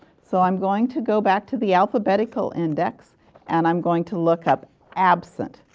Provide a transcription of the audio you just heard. so i am going to go back to the alphabetical index and i am going to look up absent.